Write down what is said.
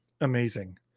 amazing